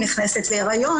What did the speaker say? נכנסת להיריון,